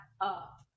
up